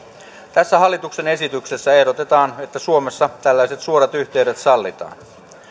tässä hallituksen esityksessä ehdotetaan että suomessa tällaiset suorat yhteydet sallitaan